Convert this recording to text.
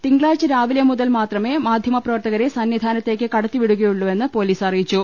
തിങ്കളാഴ്ച രാവിലെ മുതൽ മാത്രമേ മാധ്യമപ്രവർത്തകരെ സന്നിധാനത്തേക്ക് കട ത്തിവിടുകയുള്ളൂവെന്ന് പൊലീസ് അറിയിച്ചു